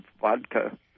vodka